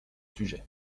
sujet